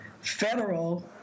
federal